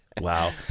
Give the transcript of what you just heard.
Wow